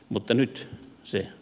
mutta nyt se on